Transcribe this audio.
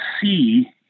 see